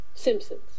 Simpsons